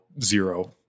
Zero